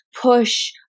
push